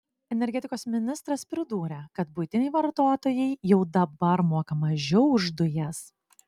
energetikos ministras pridūrė kad buitiniai vartotojai jau dabar moka mažiau už dujas